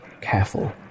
careful